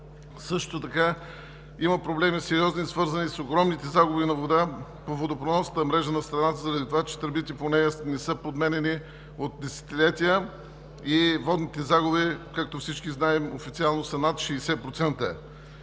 Също така има сериозни проблеми, свързани с огромните загуби на вода във водопреносната мрежа на страната заради това, че тръбите по нея не са подменяни от десетилетия и водните загуби, както всички знаем, официално са над 60%.